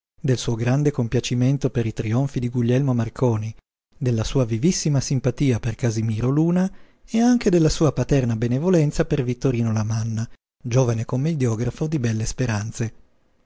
del suo grande compiacimento per i trionfi di guglielmo marconi della sua vivissima simpatia per casimiro luna e anche della sua paterna benevolenza per vittorino lamanna giovane commediografo di belle speranze